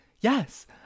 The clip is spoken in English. Yes